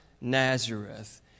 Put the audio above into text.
Nazareth